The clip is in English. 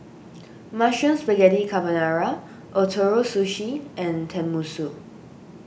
Mushroom Spaghetti Carbonara Ootoro Sushi and Tenmusu